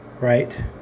right